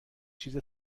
چیز